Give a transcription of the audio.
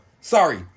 Sorry